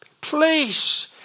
Please